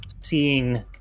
seeing